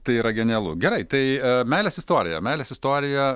tai yra genialu gerai tai meilės istorija meilės istorija